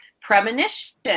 premonition